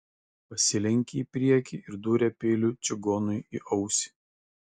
pasilenkė į priekį ir dūrė peiliu čigonui į ausį